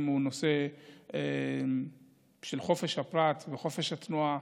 הוא נושא של חופש הפרט וחופש התנועה,